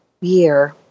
year